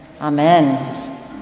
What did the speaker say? Amen